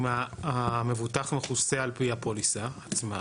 אם המבוטח מכוסה על פי הפוליסה עצמה.